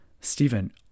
Stephen